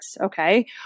Okay